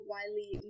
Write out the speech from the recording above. Wiley